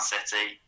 City